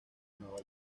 nueva